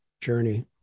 journey